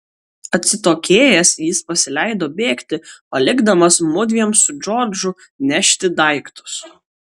atsitokėjęs jis pasileido bėgti palikdamas mudviem su džordžu nešti daiktus